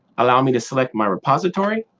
allow me to select my repository,